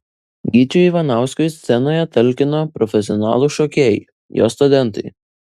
gyčiui ivanauskui scenoje talkino profesionalūs šokėjai jo studentai